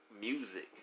music